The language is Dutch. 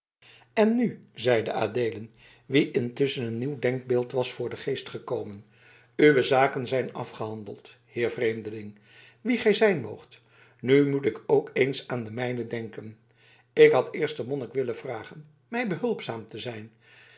en nu zeide adeelen wien intusschen een nieuw denkbeeld was voor den geest gekomen uwe zaken zijn afgehandeld heer vreemdeling wie gij zijn moogt nu moet ik ook eens aan de mijne denken ik had eerst den monnik willen vragen mij behulpzaam te zijn